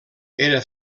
era